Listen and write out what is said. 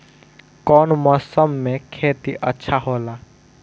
कौन मौसम मे खेती अच्छा होला?